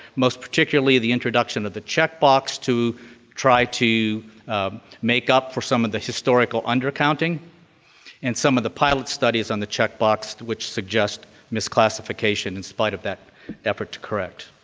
most particularly the introduction to the checkbox to try to make up for some of the historical undercounting and some of the pilot studies on the checkbox which suggest misclassification in spite of that effort to correct.